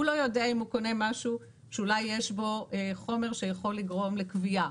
הוא לא יודע אם הוא קונה משהו שאולי יש בו חומר שיכול לגרום לכוויה.